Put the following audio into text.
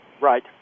right